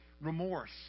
remorse